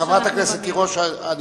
אדוני היושב-ראש, אני